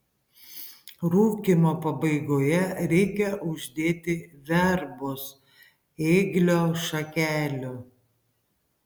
rūkymo pabaigoje reikia uždėti verbos ėglio šakelių